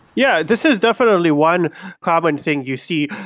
yeah. this is definitely one common thing you see.